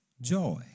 joy